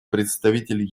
представитель